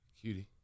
Cutie